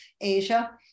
Asia